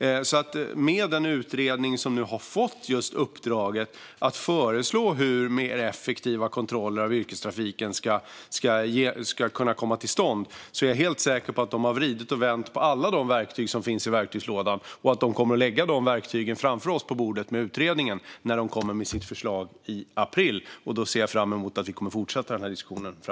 Jag är helt säker på att den utredning som har fått uppdraget att föreslå hur mer effektiva kontroller av yrkestrafik kan komma till stånd har vridit och vänt på alla de verktyg som finns i verktygslådan. Jag tror att de kommer att lägga dessa verktyg framför oss på bordet när utredningens förslag kommer i april. Jag ser fram emot att vi fortsätter diskussionen då.